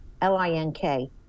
L-I-N-K